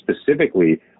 specifically